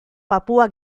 papua